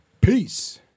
Peace